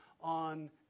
on